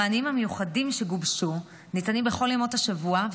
המענים המיוחדים שגובשו ניתנים בכל ימות השבוע,